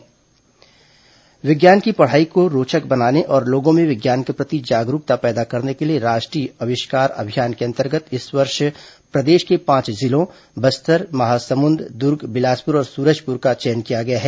राष्ट्रीय अविष्कार अभियान विज्ञान की पढ़ाई को रोचक बनाने और लोगों में विज्ञान के प्रति जागरूकता पैदा करने के लिए राष्ट्र ीय अविष्कार अभियान के अंतर्गत इस वर्ष प्रदेश के पांच जिलों बस्तर महासमुंद दुर्ग बिलासपुर और सूरजपुर का चयन किया गया है